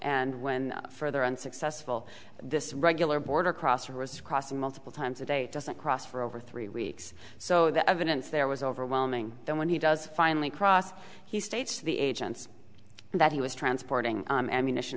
and when further unsuccessful this regular border crosser who is crossing multiple times a day doesn't cross for over three weeks so the evidence there was overwhelming then when he does finally cross he states the agents that he was transporting ammunition